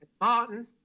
Martin